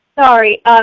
Sorry